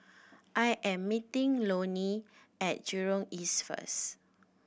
I am meeting Lonnie at Jurong East first